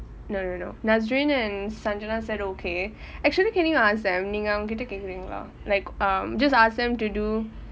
no no no nazreen and sangita said okay actually can you ask them நீங்க அவங்ககிட்ட கேட்கிறீங்களா:ninga avangakitta kaekiringalaa like um just ask them to do